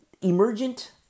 Emergent